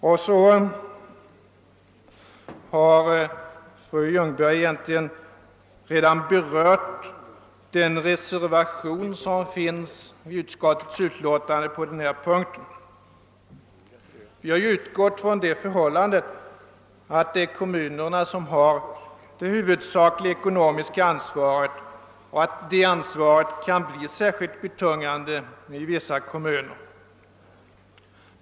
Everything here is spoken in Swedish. Fröken Ljungberg har redan berört den reservation som finns fogad vid utskottsutlåtandet på denna punkt. Vi har utgått från det förhållandet att kommunerna har det huvudsakliga ekonomiska ansvaret och att detta kan bli särskilt betungande i vissa kommuner.